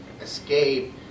escape